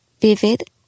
vivid